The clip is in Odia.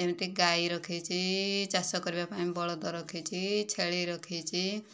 ଯେମିତି ଗାଈ ରଖିଛି ଚାଷ କରିବା ପାଇଁ ବଳଦ ରଖିଛି ଛେଳି ରଖିଛି